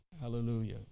hallelujah